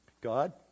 God